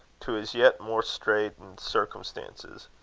to his yet more straitened circumstances.